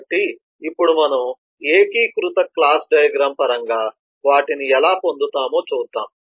కాబట్టి ఇప్పుడు మనం ఏకీకృత క్లాస్ డయాగ్రమ్ పరంగా వాటిని ఎలా పొందుతామో చూద్దాం